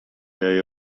harry